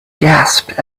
gasped